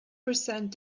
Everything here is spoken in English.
percent